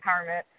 empowerment